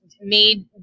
made